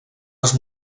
els